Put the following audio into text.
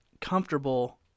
comfortable